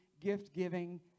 gift-giving